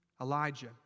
Elijah